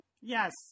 Yes